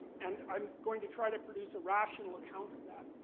and i'm going to try to produce a rational account of that.